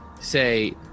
say